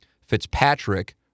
Fitzpatrick